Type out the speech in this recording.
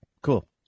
cool